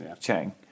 Chang